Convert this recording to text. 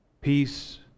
peace